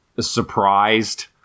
surprised